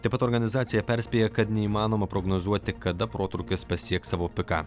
taip pat organizacija perspėja kad neįmanoma prognozuoti kada protrūkis pasieks savo piką